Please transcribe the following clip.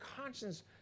conscience